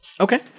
Okay